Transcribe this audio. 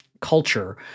culture